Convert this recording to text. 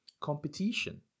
competition